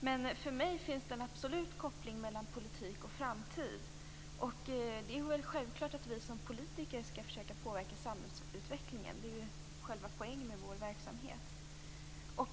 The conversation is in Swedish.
Men för mig finns det en absolut koppling mellan politik och framtid. Det är självklart att vi som politiker skall försöka påverka samhällsutvecklingen. Det är själva poängen med vår verksamhet.